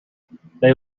they